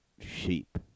sheep